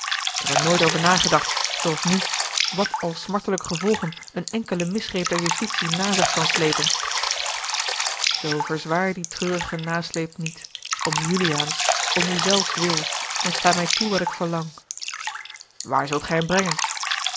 ik heb er nooit over nagedacht zooals nu wat al smartelijke gevolgen een enkele misgreep der justitie na zich kan sleepen zoo verzwaar dien treurigen nasleep niet om juliaans om uws zelfs wil en sta mij toe wat ik verlang waar zult gij hem brengen